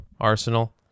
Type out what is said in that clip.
Arsenal